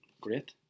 Great